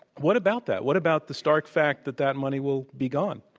what about that? what about the stark fact that that money will be gone?